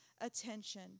attention